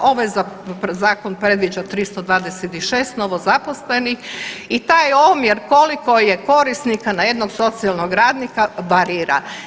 Ovaj zakon predviđa 326 novozaposlenih i taj omjer koliko je korisnika na jednog socijalnog radnika varira.